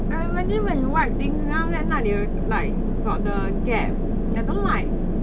like imagine when you wipe things then after that 那里有一 like got the gap I don't like